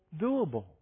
doable